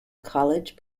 college